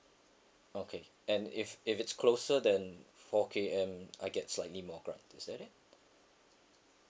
okay and if if it's closer than four K_M I get slightly more grant is that it